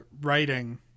writing